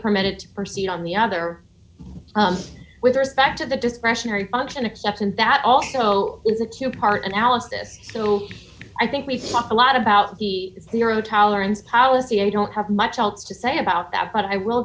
permitted to proceed on the other with respect to the discretionary function except and that also is a cube part analysis so i think we've talked a lot about the zero tolerance policy i don't have much else to say about that but i will